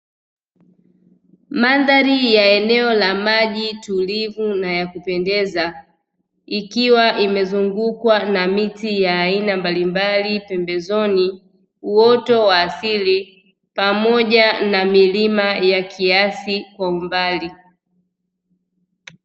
Mandhari ya eneo la maji tulivu na ya kupendeza ikiwa imezungukwa na miti ya aina mbalimbali, pembezoni uoto wa asili pamoja na milima ya kiasi kwa umbali.